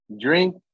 Drink